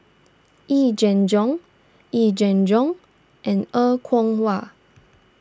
Yee Jenn Jong Yee Jenn Jong and Er Kwong Wah